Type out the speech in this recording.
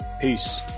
Peace